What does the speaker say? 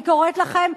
אני קוראת לכם,